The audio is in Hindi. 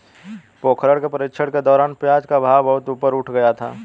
पोखरण के प्रशिक्षण के दौरान प्याज का भाव बहुत ऊपर उठ गया था